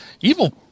Evil